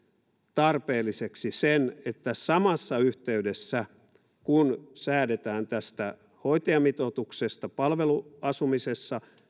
tarpeelliseksi sen että samassa yhteydessä kun säädetään tästä hoitajamitoituksesta palveluasumisessa